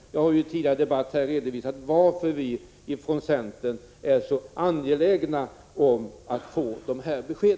Jag har tidigare i debatten hänvisat till varför vi ifrån centern är så angelägna om att få dessa besked.